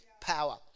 power